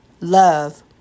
love